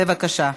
בבקשה.